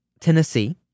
Tennessee